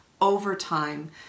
overtime